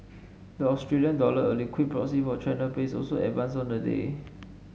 the Australia dollar a liquid proxy for China plays also advanced on the day